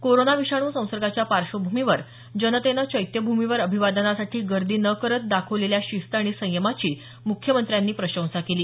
corona विषाणू संसर्गाच्या पार्श्वभूमीवर जनतेनं चैत्यभूमीवर अभिवादनासाठी गर्दी न करत दाखवलेल्या शिस्त आणि संयमाची मुख्यमंत्र्यांनी प्रशंसा केली